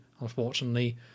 unfortunately